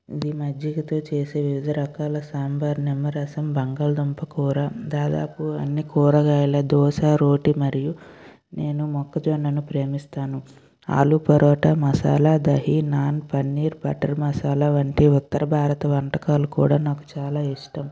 ఇవి మజ్జిగతో చేసే వివిధ రకాల సాంబార్ నిమ్మరసం బంగాళాదుంప కూర దాదాపు అన్ని కూరగాయలు దోస రోటీ మరియు నేను మొక్కజొన్నను ప్రేమిస్తాను ఆలు పరోటా మసాలా దహీ నాన్ పన్నీర్ బట్టర్ మసాలా వంటి ఉత్తర భారత వంటకాలు కూడా నాకు చాలా ఇష్టం